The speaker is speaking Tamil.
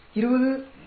20 19